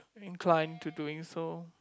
inclined to doing so